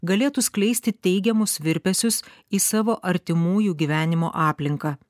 galėtų skleisti teigiamus virpesius į savo artimųjų gyvenimo aplinką